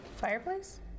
Fireplace